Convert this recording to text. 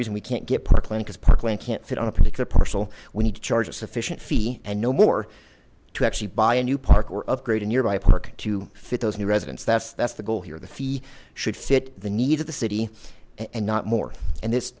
reason we can't get parkland as parkland can't fit on a particular parcel we need to charge a sufficient fee and no more to actually buy a new park or of great a nearby park to fit those new residents that's that's the goal here the fees should fit the needs of the city and not more and